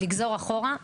לגזור אחורה,